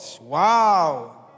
Wow